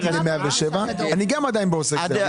ל-107 אני גם עדיין בעוסק זעיר,